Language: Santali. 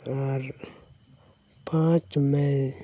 ᱟᱨ ᱯᱟᱸᱪ ᱢᱮ